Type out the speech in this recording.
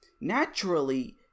naturally